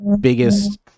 biggest